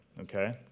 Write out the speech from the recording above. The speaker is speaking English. Okay